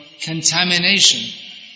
contamination